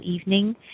evening